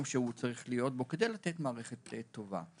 שהוא צריך להיות בו כדי לתת מערכת טובה.